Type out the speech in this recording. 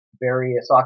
various